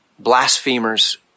Blasphemers